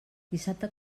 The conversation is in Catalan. dissabte